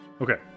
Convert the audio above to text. Okay